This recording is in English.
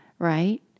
Right